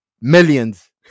Millions